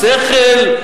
בשכל,